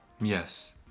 Yes